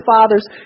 Father's